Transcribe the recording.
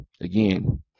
Again